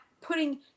putting